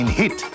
hit